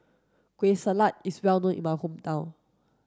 kueh salat is well known in my hometown